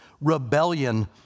rebellion